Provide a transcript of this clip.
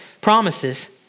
promises